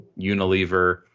unilever